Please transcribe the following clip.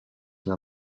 sous